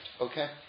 Okay